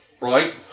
Right